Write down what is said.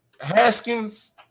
Haskins